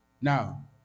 Now